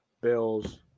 Bills